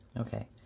Okay